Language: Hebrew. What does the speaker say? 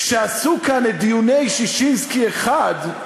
כשעשו כאן את דיוני ששינסקי 1,